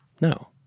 No